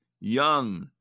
young